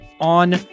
on